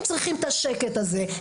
הם צריכים את השקט הזה,